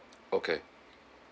okay